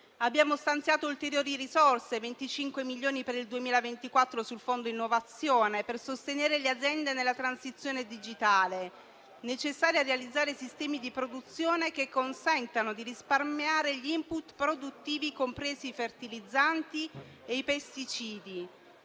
Abbiamo stanziato ulteriori risorse (25 milioni per il 2024 sul Fondo innovazione) per sostenere le aziende nella transizione digitale, necessaria a realizzare sistemi di produzione che consentano di risparmiare gli *input* produttivi, compresi i fertilizzanti e i pesticidi,